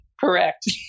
Correct